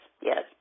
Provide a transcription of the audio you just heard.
yes